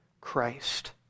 Christ